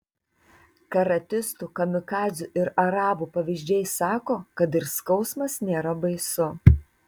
karatistų kamikadzių ir arabų pavyzdžiai sako kad ir skausmas nėra baisu